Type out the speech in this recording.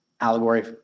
allegory